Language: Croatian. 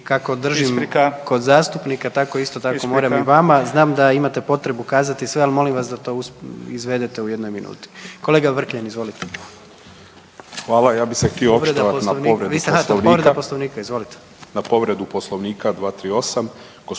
Isprika/… kod zastupnika, tako isto, tako moram i vama. Znam da imate potrebu kazati sve, al molim vas da to izvedete u jednoj minuti. Kolega Vrkljan, izvolite. **Vrkljan, Milan (Nezavisni)** Hvala. Ja bi se htio očitovati na povredu Poslovnika.